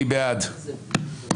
מי בעד הרוויזיה?